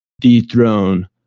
dethrone